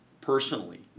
personally